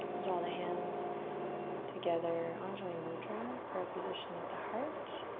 draw the hands together. anjuli mudra, prayer position at the heart.